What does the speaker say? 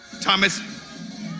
Thomas